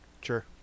Sure